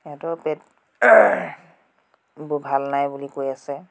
সিহঁতৰ পেট বোৰ ভাল নাই বুলি কৈ আছে